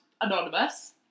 anonymous